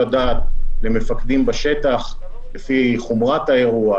הדעת למפקדים בשטח לפי חומרת האירוע,